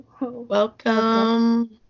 Welcome